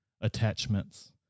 attachments